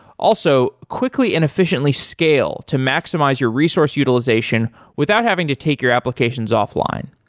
also, quickly and efficiently scale to maximize your resource utilization without having to take your applications offline.